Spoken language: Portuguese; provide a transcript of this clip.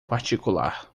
particular